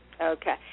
Okay